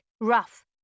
rough